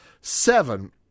seven